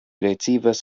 ricevas